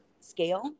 scale